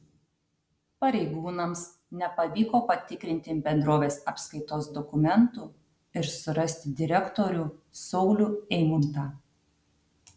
pareigūnams nepavyko patikrinti bendrovės apskaitos dokumentų ir surasti direktorių saulių eimuntą